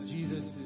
Jesus